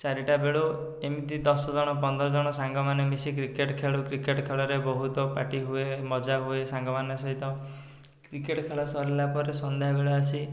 ଚାରିଟା ବେଳୁ ଏମିତି ଦଶ ଜଣ ପନ୍ଦର ଜଣ ସାଙ୍ଗ ମାନେ ମିଶି କ୍ରିକେଟ୍ ଖେଳୁ କ୍ରିକେଟ୍ ଖେଳରେ ବହୁତ ପାଟି ହୁଏ ମଜା ହୁଏ ସାଙ୍ଗମାନଙ୍କ ସହିତ କ୍ରିକେଟ୍ ଖେଳ ସରିଲା ପରେ ସନ୍ଧ୍ୟାବେଳେ ଆସି